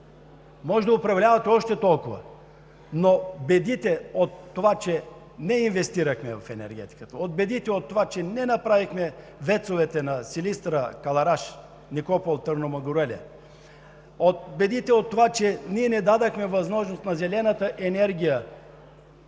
Може да управлявате още толкова, но бедите от това, че не инвестирахме в енергетиката, бедите от това, че не направихме вецовете на Силистра – Калъраш, Никопол – Турну Мъгуреле, бедите от това, че ние не дадохме възможност на зелената енергия